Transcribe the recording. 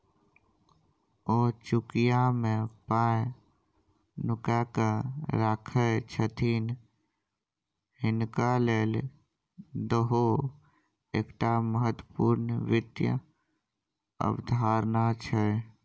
ओ चुकिया मे पाय नुकाकेँ राखय छथि हिनका लेल इहो एकटा महत्वपूर्ण वित्त अवधारणा छै